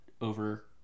over